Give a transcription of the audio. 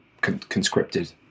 conscripted